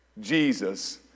Jesus